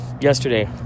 yesterday